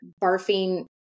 barfing